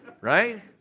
right